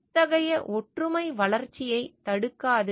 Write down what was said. இத்தகைய ஒற்றுமை வளர்ச்சியைத் தடுக்காது